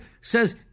says